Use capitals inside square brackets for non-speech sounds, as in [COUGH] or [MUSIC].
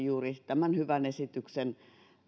[UNINTELLIGIBLE] juuri tämän hyvän esityksen